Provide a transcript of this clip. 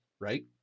right